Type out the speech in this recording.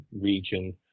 region